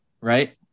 right